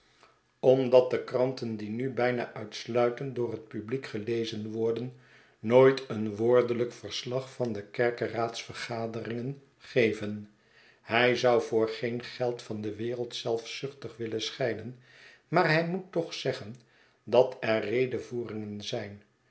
omdat de kranten die nu bijna uitsluitend door het publiek gelezen worden nooit een woordelijk verslag van de kerkeraadsvergaderingen geven hij zou voor geen geld van de wereld zelfzuchtig willen schijnen maar hij moet toch zeggen dat er redevoeringen zijn